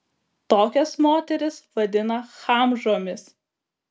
tokias moteris vadina chamžomis